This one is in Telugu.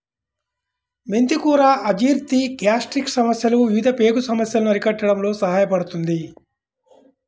మెంతి కూర అజీర్తి, గ్యాస్ట్రిక్ సమస్యలు, వివిధ పేగు సమస్యలను అరికట్టడంలో సహాయపడుతుంది